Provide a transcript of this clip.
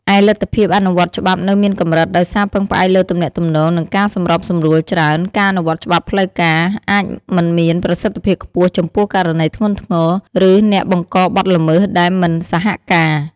ឯលទ្ធភាពអនុវត្តច្បាប់នៅមានកម្រិត ដោយសារពឹងផ្អែកលើទំនាក់ទំនង និងការសម្របសម្រួលច្រើន ការអនុវត្តច្បាប់ផ្លូវការ អាចមិនមានប្រសិទ្ធភាពខ្ពស់ចំពោះករណីធ្ងន់ធ្ងរ ឬអ្នកបង្កបទល្មើសដែលមិនសហការ។